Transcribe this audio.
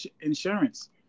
insurance